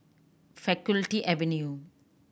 Faculty Avenue